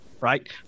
right